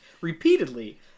repeatedly